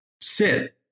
sit